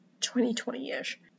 2020-ish